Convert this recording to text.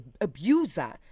abuser